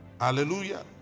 Hallelujah